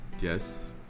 Yes